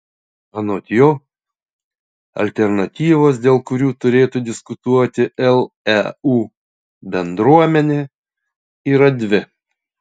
anot jo alternatyvos dėl kurių turėtų diskutuoti leu bendruomenė yra dvi